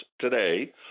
today